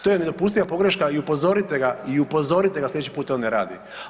To je nedopustiva pogreška i upozorite ga i upozorite ga slijedeći put da to ne radi.